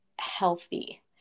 healthy